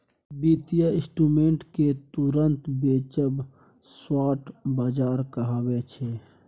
बित्तीय इंस्ट्रूमेंट केँ तुरंत बेचब स्पॉट बजार कहाबै छै